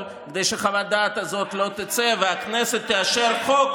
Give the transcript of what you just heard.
כדי שחוות הדעת הזאת לא תצא ושהכנסת תאשר חוק,